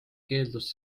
keeldus